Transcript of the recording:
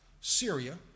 Syria